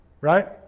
Right